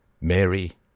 Mary